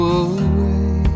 away